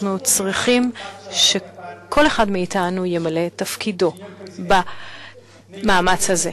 אנחנו צריכים שכל אחד מאתנו ימלא את תפקידו במאמץ הזה.